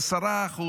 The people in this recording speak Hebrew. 10%,